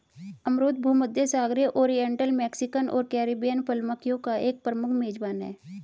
अमरूद भूमध्यसागरीय, oriental, Mexican और कैरिबियन फल मक्खियों का एक प्रमुख मेजबान है